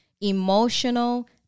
Emotional